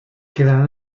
quedaran